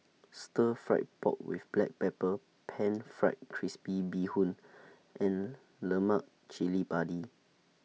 Stir Fried Pork with Black Pepper Pan Fried Crispy Bee Hoon and Lemak Cili Padi